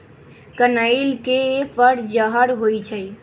कनइल के फर जहर होइ छइ